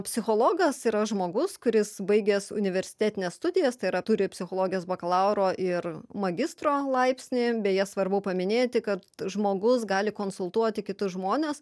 psichologas yra žmogus kuris baigęs universitetines studijas tai yra turi psichologijos bakalauro ir magistro laipsnį beje svarbu paminėti kad žmogus gali konsultuoti kitus žmones